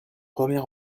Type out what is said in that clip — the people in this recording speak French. premier